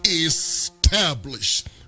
established